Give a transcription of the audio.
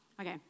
Okay